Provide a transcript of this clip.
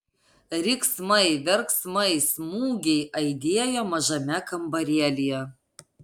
riksmai verksmai smūgiai aidėjo mažame kambarėlyje